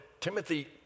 Timothy